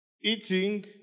eating